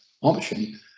option